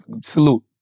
Salute